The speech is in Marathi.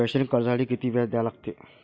शैक्षणिक कर्जासाठी किती व्याज द्या लागते?